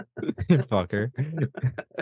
Fucker